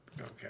okay